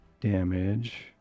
damage